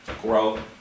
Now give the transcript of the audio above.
Grow